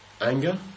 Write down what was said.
anger